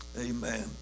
Amen